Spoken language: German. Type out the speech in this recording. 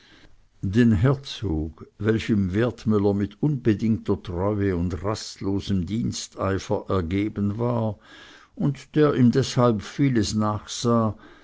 den herzog welchem wertmüller mit unbedingter treue und rastlosem diensteifer ergeben war und der ihm deshalb vieles nachsah